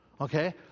Okay